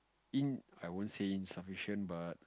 in I wouldn't say insufficient but